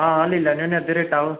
आं लेई लैने आं अद्धे रेटै उप्पर